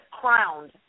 crowned